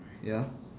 ya